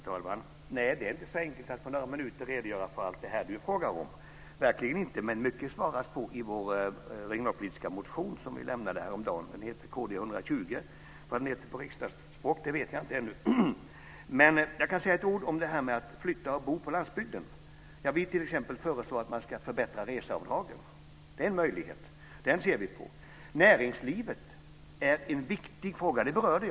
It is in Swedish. Herr talman! Nej, det är inte så enkelt att på några minuter redogöra för allt det som Peter Pedersen frågar om. Mycket av det svaras på i vår regionalpolitiska motion som vi lämnade häromdagen. Den heter kd 120. Vad den heter på riksdagsspråk vet jag inte ännu. Jag kan säga några ord om detta att flytta till och bo på landsbygden. Vi föreslår t.ex. att man ska förbättra reseavdragen. Det är en möjlighet. Den ser vi på. Näringslivet är en viktig fråga som jag berörde.